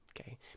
okay